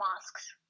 masks